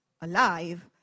alive